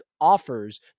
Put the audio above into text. offers